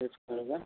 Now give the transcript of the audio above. तेच करू का